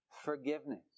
forgiveness